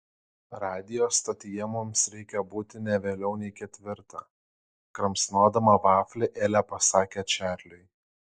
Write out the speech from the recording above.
radijo stotyje mums reikia būti ne vėliau nei ketvirtą kramsnodama vaflį elė pasakė čarliui